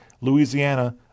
Louisiana